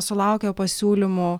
sulaukia pasiūlymo